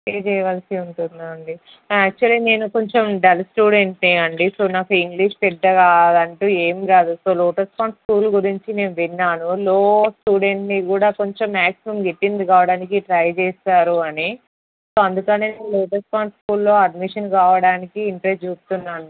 pay చెయ్యాల్సి ఉంటుందా అండీ యాక్చువలి నేను కొంచెం డల్ స్టూడెంట్నే అండి సో నాకు ఇంగ్లీష్ పెద్దగా అంటూ ఏం రాదు సో లోటస్ పాండ్ స్కూల్ గురించి నేను విన్నాను లో స్టూడెంట్ని కూడా కొంచెం మాక్సిమం గెటిన్ కావడానికి ట్రై చేస్తారు అని అందుకనే నేను లోటస్ పాండ్ స్కూల్లో అడ్మిషన్ రావడానికి ఇంత చూస్తునాను